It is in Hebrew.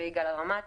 ויגאל הרמתי,